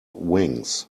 wings